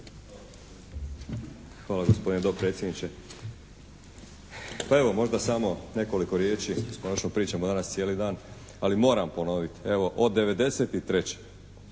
Hvala gospodine dopredsjedniče. Pa evo, možda samo nekoliko riječi o onom što danas pričamo cijeli dan. Ali moram ponoviti. Evo, od '93.